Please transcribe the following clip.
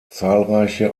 zahlreiche